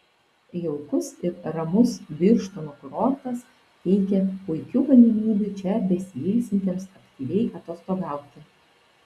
jaukus ir ramus birštono kurortas teikia puikių galimybių čia besiilsintiems aktyviai atostogauti